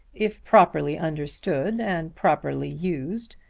if properly understood and properly used.